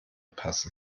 passen